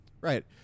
right